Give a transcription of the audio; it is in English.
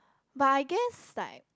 but I guess like